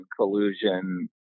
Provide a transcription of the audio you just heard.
collusion